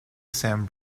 sam